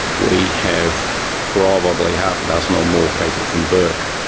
we have probably half a dozen or more people from bourke,